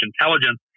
intelligence